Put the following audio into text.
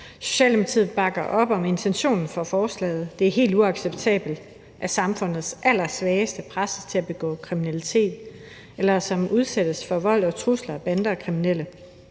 bakker op om intentionen bag forslaget, for det er helt uacceptabelt, at samfundets allersvageste presses til at begå kriminalitet eller udsættes for vold og trusler af bander og kriminelle.